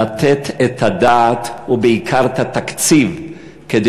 לתת את הדעת ובעיקר את התקציב כדי